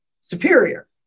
superior